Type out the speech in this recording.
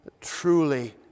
truly